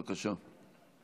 בבקשה.